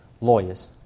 lawyers